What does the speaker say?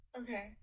Okay